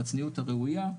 בצניעות הראויה,